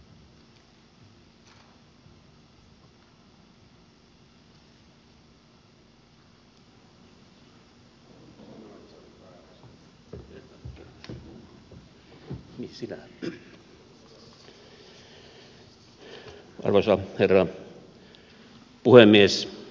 arvoisa herra puhemies